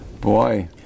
Boy